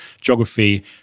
geography